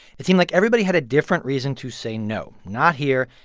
it seemed like everybody had a different reason to say, no, not here,